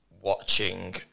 watching